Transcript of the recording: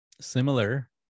similar